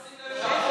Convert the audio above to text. צביקה,